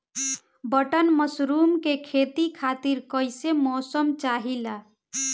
Button mushroom के खेती खातिर कईसे मौसम चाहिला?